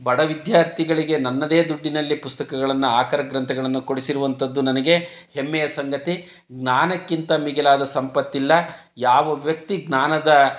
ಬಡ ವಿದ್ಯಾರ್ಥಿಗಳಿಗೆ ನನ್ನದೇ ದುಡ್ಡಿನಲ್ಲಿ ಪುಸ್ತಕಗಳನ್ನು ಆಕರ ಗ್ರಂಥಗಳನ್ನು ಕೊಡಿಸಿರುವಂಥದ್ದು ನನಗೆ ಹೆಮ್ಮೆಯ ಸಂಗತಿ ಜ್ಞಾನಕ್ಕಿಂತ ಮಿಗಿಲಾದ ಸಂಪತ್ತಿಲ್ಲ ಯಾವ ವ್ಯಕ್ತಿ ಜ್ಞಾನದ